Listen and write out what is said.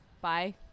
Bye